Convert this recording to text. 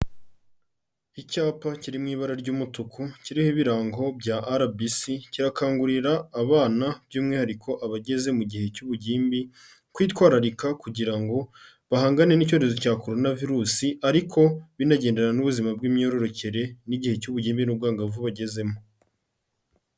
Icyapa kiri mu ibara ry'umutuku kiriho ibirango bya arabisi kirakangurira abana by'umwihariko abageze mu gihe cy'ubugimbi, kwitwararika kugira ngo bahangane n'icyorezo cya koronavirusi, ariko binagendana n'ubuzima bw'imyororokere, n'igihe cy'ubugimbe n'ubwangavu bagezemo.